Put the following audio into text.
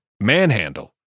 Manhandle